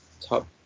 top